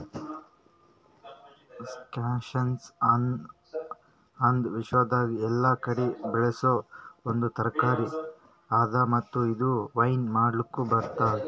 squash ಅನದ್ ವಿಶ್ವದಾಗ್ ಎಲ್ಲಾ ಕಡಿ ಬೆಳಸೋ ಒಂದ್ ತರಕಾರಿ ಅದಾ ಮತ್ತ ಇದು ವೈನ್ ಮಾಡ್ಲುಕನು ಬಳ್ಸತಾರ್